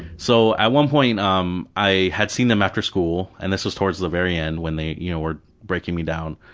so at one point um i had seen them after school, and this was towards the very end, when they you know were breaking me down,